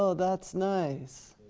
ah that's nice.